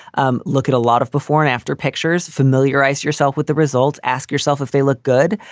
um look at a lot of before and after pictures. familiarize yourself with the results. ask yourself if they look good.